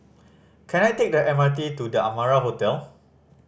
can I take the M R T to The Amara Hotel